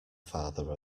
father